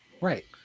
right